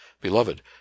Beloved